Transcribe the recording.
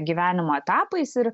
gyvenimo etapais ir